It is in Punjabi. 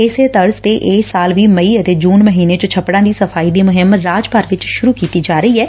ਇਸੇ ਤਰਜ਼ ਤੇ ਇਸ ਸਾਲ ਵੀ ਮਈ ਅਤੇ ਜੁਨ ਮਹੀਨੇ ਵਿੱਚ ਛੱਪੜਾਂ ਦੀ ਸਫਾਈ ਦੀ ਮੁਹਿੰਮ ਰਾਜ ਭਰ ਵਿੱਚ ਸੁਰੁ ਕੀਤੀ ਜਾ ਰਹੀ ਏ